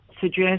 suggest